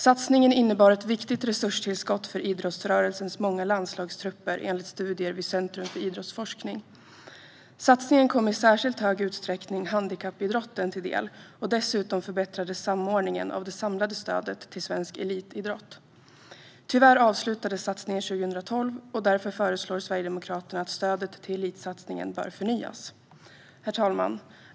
Satsningen innebar ett viktigt resurstillskott för idrottsrörelsens många landslagstrupper enligt studier vid Centrum för idrottsforskning. Satsningen kom i särskilt hög utsträckning handikappidrotten till del, och dessutom förbättrades samordningen av det samlade stödet till svensk elitidrott. Tyvärr avslutades satsningen 2012, och därför föreslår Sverigedemokraterna att stödet till Elitsatsningen bör förnyas. Herr talman!